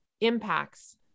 impacts